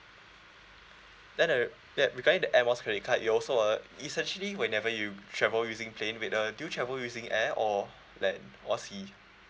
then ah ya regarding the air miles credit card you also uh essentially whenever you travel using plane wait uh do you travel using air or land or sea